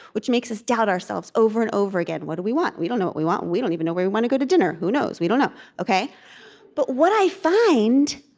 which makes us doubt ourselves, over and over again. what do we want? we don't know what we want we don't even know where we want to go to dinner. who knows? we don't know but what i find,